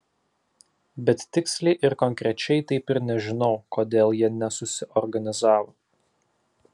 bet tiksliai ir konkrečiai taip ir nežinau kodėl jie nesusiorganizavo